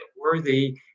worthy